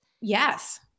Yes